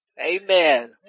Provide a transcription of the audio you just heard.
amen